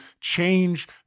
change